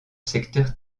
secteur